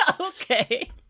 Okay